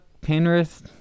Penrith